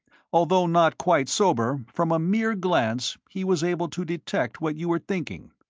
although not quite sober, from a mere glance he was able to detect what you were thinking.